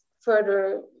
further